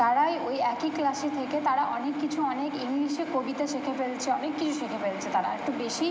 তারাই ওই একই ক্লাসে থেকে তারা অনেক কিছু অনেক ইংলিশে কবিতা শিখে ফেলছে অনেক কিছু শিখে ফেলছে তারা একটু বেশিই